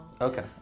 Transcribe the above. Okay